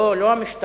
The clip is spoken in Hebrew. לא, לא המשטרה,